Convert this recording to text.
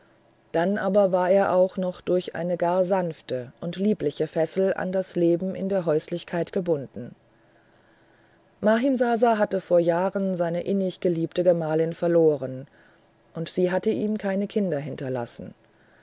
dann aber war er auch noch durch eine gar sanfte und liebliche fessel an das leben in der häuslichkeit gebunden mahimsasa hatte vor jahren seine innig geliebte gemahlin verloren und sie hatte ihm keine kinder hinterlassen